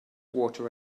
water